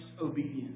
obedience